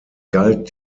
galt